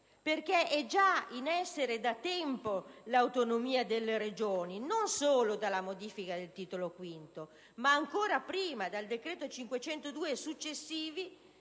perché è già in essere da tempo l'autonomia delle Regioni, non solo dalla modifica del Titolo V, ma ancora prima, dal decreto n. 502 del 1992 e successivi,